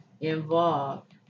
involved